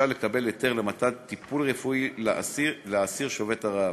לקבל היתר למתן טיפול רפואי לאסיר שובת הרעב.